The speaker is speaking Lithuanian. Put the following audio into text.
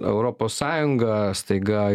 europos sąjunga staiga